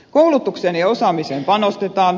koulutukseen ja osaamiseen panostetaan